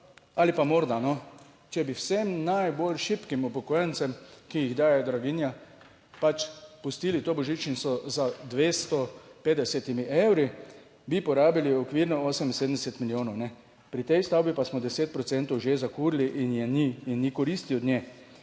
ali pa morda, če bi vsem najbolj šibkim upokojencem, ki jih daje draginja, pač pustili to božičnico z 250 evri, bi porabili okvirno 78 milijonov. Pri tej stavbi pa smo 10 procentov že zakurili in je ni in ni koristi od nje.